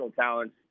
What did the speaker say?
talents